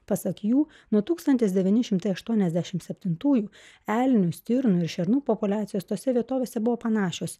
pasak jų nuo tūkstantis devyni šimtai aštuoniasdešimt septintųjų elnių stirnų ir šernų populiacijos tose vietovėse buvo panašios